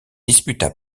disputa